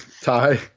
Ty